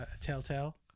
Telltale